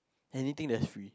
anything that is free